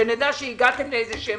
שנדע שהגעתם להסכמות.